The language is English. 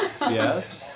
Yes